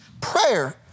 prayer